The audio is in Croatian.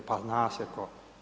Pa zna se tko.